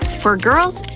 for girls,